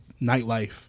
nightlife